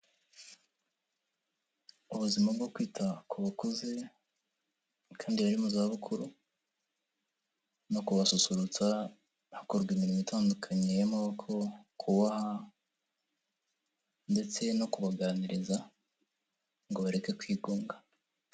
Ubuzima bwo kwita ku bakuze kandi bari mu zabukuru no kubasusurutsa hakorwa imirimo itandukanye y'amaboko, kuboha ndetse no kubaganiriza ngo bareke kwigunga.